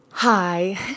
Hi